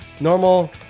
Normal